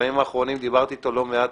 שבימים האחרונים דיברתי אתו לא מעט.